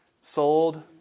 Sold